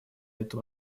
эту